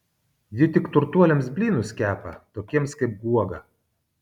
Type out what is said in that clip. ji tik turtuoliams blynus kepa tokiems kaip guoga